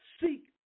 seek